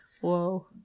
Whoa